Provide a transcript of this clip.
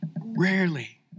Rarely